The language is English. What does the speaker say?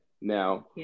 Now